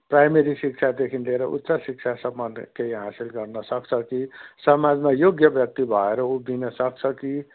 primary शिक्षादेखि लिएर उच्च शिक्षासम्म नै केही हासिल गर्नसक्छ कि समाजमा योग्य व्यक्ति भएर उभिनसक्छ कि